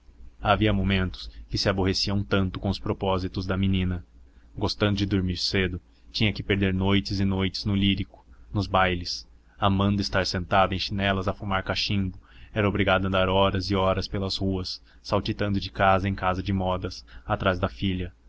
havia momentos que se aborrecia um tanto com os propósitos da menina gostando de dormir cedo tinha que perder noites e noites no lírico nos bailes amando estar sentado em chinelas a fumar cachimbo era obrigado a andar horas e horas pelas ruas saltitando de casa em casa de modas atrás da filha